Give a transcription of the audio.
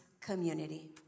community